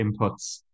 inputs